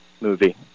movie